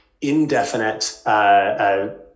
indefinite